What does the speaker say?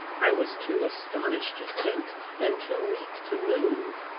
i was too astonished to think and too weak to move,